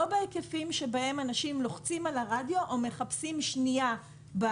לא בהיקפים שבהם אנשים לוחצים על הרדיו או מחפשים לשנייה.